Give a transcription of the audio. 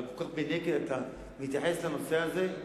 אבל אתה מתייחס בנקל לנושא הזה?